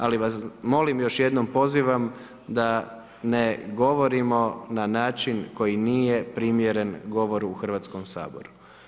Ali, vas molim, još jednom pozivam, da ne govorimo na način, koji nije primjeren govoru u Hrvatskom saboru.